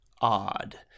odd